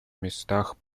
местах